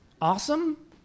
Awesome